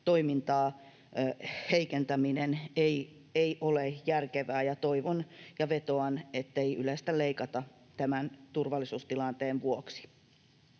toiminnan heikentäminen ei ole järkevää, ja toivon ja vetoan, ettei Ylestä leikata tämän turvallisuustilanteen vuoksi.